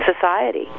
society